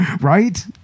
Right